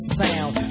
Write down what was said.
sound